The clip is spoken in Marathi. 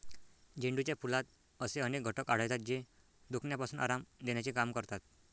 झेंडूच्या फुलात असे अनेक घटक आढळतात, जे दुखण्यापासून आराम देण्याचे काम करतात